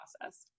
process